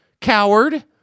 coward